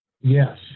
yes